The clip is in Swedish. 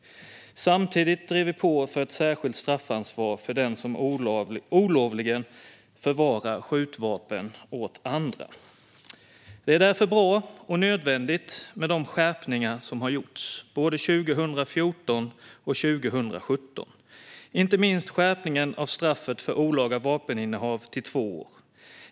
Samtidigt drev vi på för ett särskilt straffansvar för den som olovligen förvarar skjutvapen åt andra. Det är därför bra, och nödvändigt, med de skärpningar som har gjorts, både 2014 och 2017, inte minst skärpningen av straffet för olaga vapeninnehav till två år.